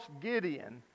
Gideon